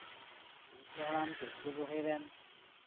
ᱯᱤᱞᱪᱩ ᱦᱟᱲᱟᱢ ᱯᱤᱞᱪᱩ ᱵᱩᱲᱦᱤ ᱨᱮᱱ